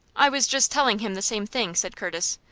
i was just telling him the same thing, said curtis.